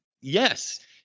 yes